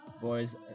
boys